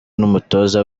n’umutoza